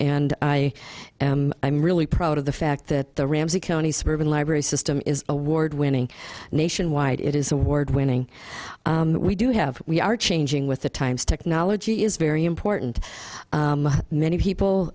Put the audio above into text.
and i am i'm really proud of the fact that the ramsey county suburban library system is award winning nationwide it is award winning we do have we are changing with the times technology is very important and many people